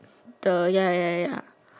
the ya ya ya